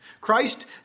Christ